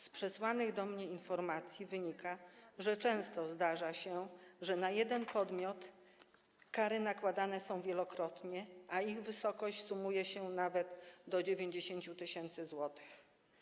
Z przesłanych do mnie informacji wynika, że często zdarza się, że na jeden podmiot kary nakładane są wielokrotnie, a ich wysokość sumuje się nawet do 90 tys. zł.